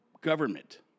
government